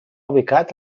ubicat